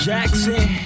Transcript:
Jackson